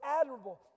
admirable